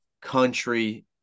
country